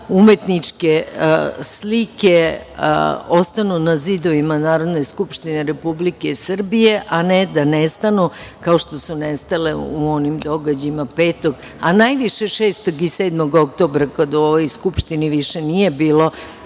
da umetničke slike ostanu na zidovima Narodne skupštine Republike Srbije, a ne da nestanu kao što su nestale u onim događajima 5. a najviše 6. i 7. oktobra kada u ovoj Skupštini više nije bilo